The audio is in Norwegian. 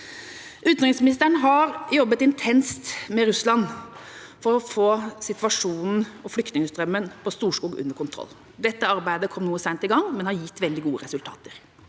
Utenriksministeren har jobbet intenst med Russland for å få situasjonen og flyktningstrømmen på Storskog under kontroll. Arbeidet kom noe seint i gang, men har gitt veldig gode resultater.